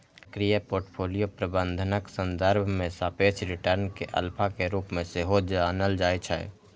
सक्रिय पोर्टफोलियो प्रबंधनक संदर्भ मे सापेक्ष रिटर्न कें अल्फा के रूप मे सेहो जानल जाइ छै